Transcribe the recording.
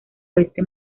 oeste